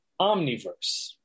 omniverse